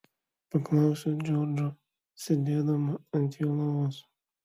paklausiau džordžo sėdėdama ant jo lovos